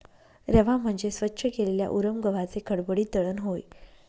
रवा म्हणजे स्वच्छ केलेल्या उरम गव्हाचे खडबडीत दळण होय